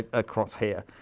across here,